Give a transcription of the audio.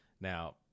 now